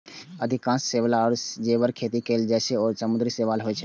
अधिकांश शैवाल, जेकर खेती कैल जाइ छै, ओ समुद्री शैवाल होइ छै